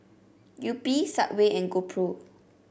Yupi Subway and GoPro